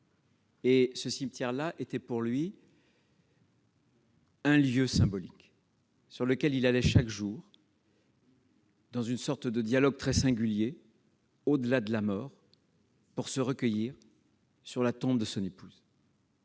Or ce cimetière était pour lui un lieu symbolique : il y allait chaque jour mener un dialogue très singulier, au-delà de la mort, en se recueillant sur la tombe de son épouse.